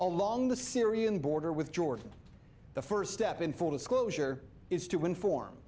along the syrian border with jordan the first step in full disclosure is to inform